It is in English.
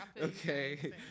okay